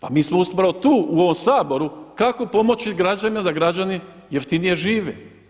Pa mi smo upravo tu u ovom Saboru kako pomoći građanima da građani jeftinije žive.